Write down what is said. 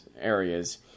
areas